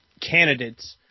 candidates